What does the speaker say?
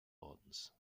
ordens